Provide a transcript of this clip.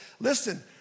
Listen